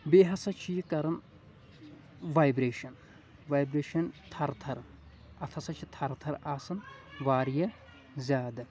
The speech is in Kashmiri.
بیٚیہِ ہسا چھ یہِ کران وایبٕریشن وایبٕریشن تھرٕ تھرٕ اتھ ہسا چھِ تھرٕ تھرٕ آسان واریاہ زیادٕ